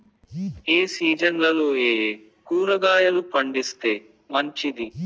ఏ సీజన్లలో ఏయే కూరగాయలు పండిస్తే మంచిది